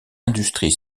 industrie